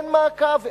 אין מעקב,